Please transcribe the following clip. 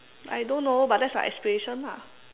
I don't know but that's my aspiration ah